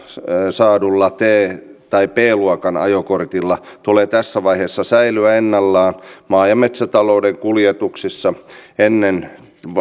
saadulla t tai b luokan ajokortilla tulee tässä vaiheessa säilyä ennallaan maa ja metsätalouden kuljetuksissa ennen